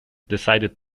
decided